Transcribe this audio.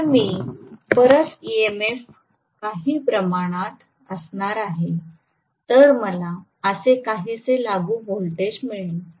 जर मी परत ईएमएफ काही प्रमाणात असणार आहे तर मला असे काहीसे लागू व्होल्टेज मिळेल